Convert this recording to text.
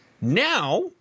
Now